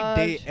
day